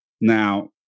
Now